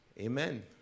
Amen